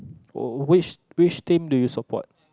wh~ which which team do you support